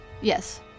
Yes